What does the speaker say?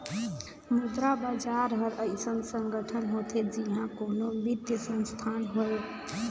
मुद्रा बजार हर अइसन संगठन होथे जिहां कोनो बित्तीय संस्थान होए